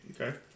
Okay